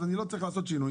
אז אני לא צריך לעשות כלום.